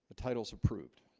titles approved